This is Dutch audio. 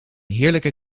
heerlijke